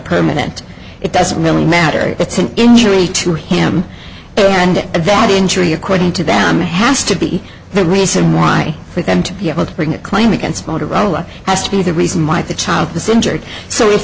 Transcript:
permanent it doesn't really matter it's an injury to him and that injury according to them has to be the reason why for them to be able to bring a claim against motorola has to be the reason why the child this injured so if